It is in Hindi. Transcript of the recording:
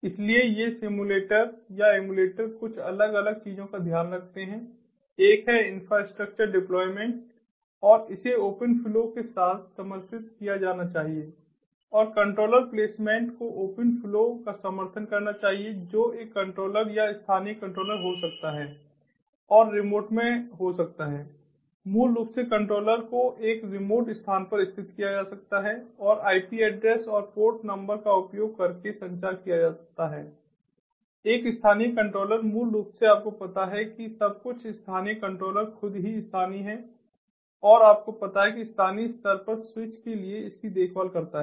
इसलिए ये सिमुलेटर या एमुलेटर कुछ अलग अलग चीजों का ध्यान रखते हैं एक है इंफ्रास्ट्रक्चर डिप्लॉयमेंट और इसे ओपन फ्लो के साथ समर्थित किया जाना चाहिए और कंट्रोलर प्लेसमेंट को ओपन फ्लो का समर्थन करना चाहिए जो एक कंट्रोलर या स्थानीय कंट्रोलर हो सकता है और रिमोट में हो सकता है मूल रूप से कंट्रोलर को एक रिमोट स्थान पर स्थित किया जा सकता है और IP एड्रेस और पोर्ट नंबर का उपयोग करके संचार किया जाता है एक स्थानीय कंट्रोलर मूल रूप से आपको पता है कि सब कुछ स्थानीय कंट्रोलर खुद ही स्थानीय है और आपको पता है कि स्थानीय स्तर पर स्विच के लिए इसकी देखभाल करता है